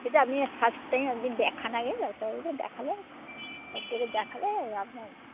সেটা আপনি first time আপনি দেখান আগে ডাক্তারবাবুকে দেখালে সবথেকে দেখালে আপনার